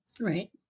Right